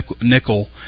nickel